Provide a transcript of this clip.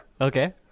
Okay